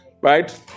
Right